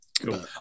Cool